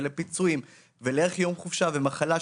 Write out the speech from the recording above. לפיצויים ולערך יום חופשה ומחלה,